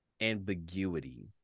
ambiguity